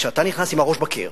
כשאתה נכנס עם הראש בקיר,